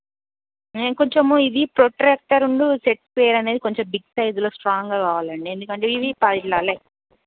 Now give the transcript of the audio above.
కొంచెము ఇది ప్రొట్రక్టర్ రెండూ సెక్స్పియర్ అనేది కొంచెం బిగ్ సైజ్లో స్ట్రాంగా కావాలండి ఎందుకంటే ఇవి పైకిలా లే